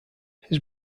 his